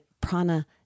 prana